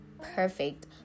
perfect